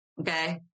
Okay